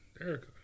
Erica